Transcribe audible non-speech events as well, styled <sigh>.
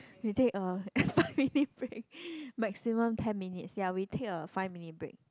you take a <laughs> five minutes break maximum ten minutes ya we take a five minute break